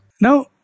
Now